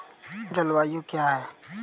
जलवायु क्या है?